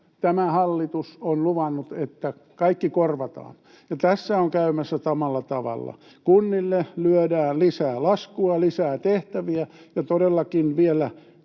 tämä hallitus on luvannut, että kaikki korvataan, ja tässä on käymässä samalla tavalla. Kunnille lyödään lisää laskua, lisää tehtäviä ja todellakin vielä